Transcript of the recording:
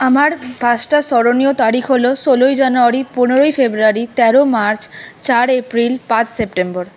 আমার পাঁচটা স্মরণীয় তারিখ হল ষোলোই জানুয়ারি পনেরোই ফেব্রুয়ারি তেরো মার্চ চার এপ্রিল পাঁচ সেপ্টেম্বর